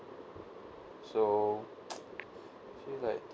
so actually like